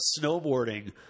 snowboarding